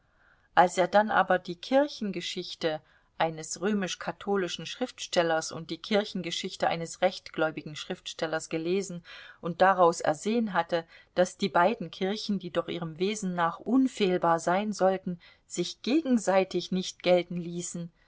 als er dann aber die kirchengeschichte eines römisch-katholischen schriftstellers und die kirchengeschichte eines rechtgläubigen schriftstellers gelesen und daraus ersehen hatte daß die beiden kirchen die doch ihrem wesen nach unfehlbar sein sollten sich gegenseitig nicht gelten ließen